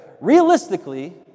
realistically